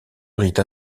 rite